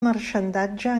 marxandatge